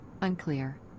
Unclear